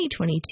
2022